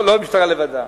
לא למשטרה לבדה,